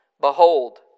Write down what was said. Behold